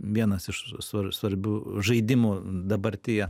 vienas iš svarbių žaidimų dabartyje